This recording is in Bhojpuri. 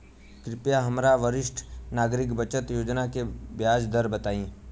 कृपया हमरा वरिष्ठ नागरिक बचत योजना के ब्याज दर बताई